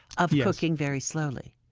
of cooking very slowly?